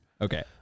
Okay